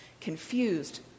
confused